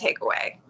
takeaway